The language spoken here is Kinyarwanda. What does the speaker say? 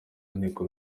inteko